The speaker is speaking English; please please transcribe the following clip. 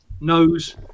knows